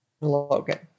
Logan